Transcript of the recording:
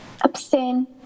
Abstain